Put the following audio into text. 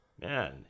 Man